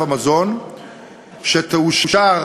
כשאני